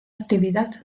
actividad